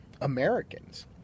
Americans